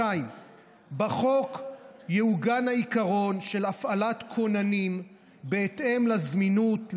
2. בחוק יעוגן העיקרון של הפעלת כוננים בהתאם לזמינות,